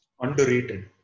Underrated